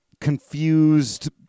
confused